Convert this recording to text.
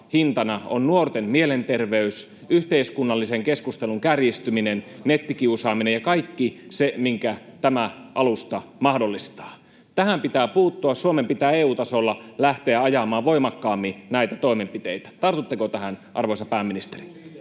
hintana on nuorten mielenterveys, yhteiskunnallisen keskustelun kärjistyminen, nettikiusaaminen ja kaikki se, minkä tämä alusta mahdollistaa. Tähän pitää puuttua. Suomen pitää EU-tasolla lähteä ajamaan voimakkaammin näitä toimenpiteitä. Tartutteko tähän, arvoisa pääministeri?